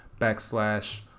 Backslash